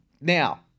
Now